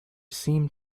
seemed